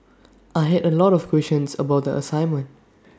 I had A lot of questions about the assignment